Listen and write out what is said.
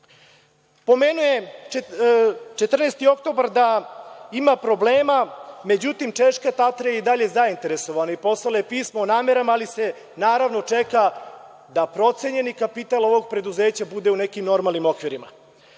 je da „14. oktobar“ ima probleme, međutim, češka „Tatra“ je i dalje zainteresovana i poslala je pismo o namerama, ali se naravno čeka da procenjeni kapital ovog preduzeća bude u neki normalnim okvirima.